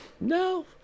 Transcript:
no